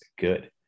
good